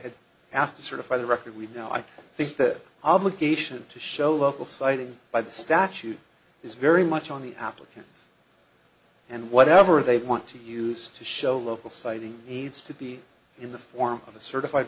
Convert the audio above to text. had asked to certify the record we now i think the obligation to show local citing by the statute is very much on the application and whatever they want to use to show local siting he needs to be in the form of a certified